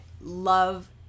love